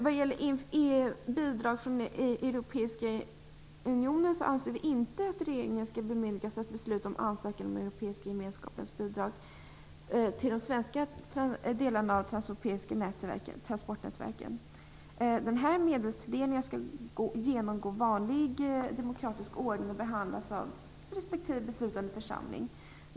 Vad gäller bidrag från Europeiska unionen anser vi inte att regeringen skall bemyndigas att besluta om ansökningar om Europeiska gemenskapens bidrag till de svenska delarna av de transeuropeiska transportnätverken. Den här medelstilldelningen skall genomgå sedvanlig demokratisk ordning och behandlas av respektive beslutande församling.